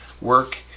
work